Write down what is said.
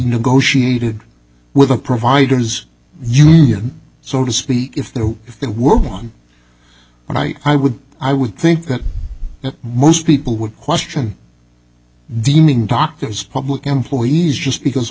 negotiated with the providers union so to speak if the if that were gone when i i would i would think that most people would question deeming doctors public employees just because a